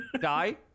die